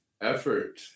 effort